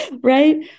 right